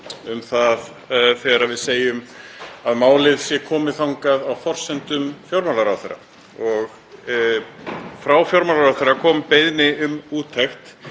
þegar við segjum að málið sé komið þangað á forsendum fjármálaráðherra. Frá fjármálaráðherra kom beiðni um úttekt